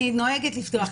אני נוהגת לפתוח.